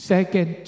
Second